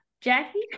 Jackie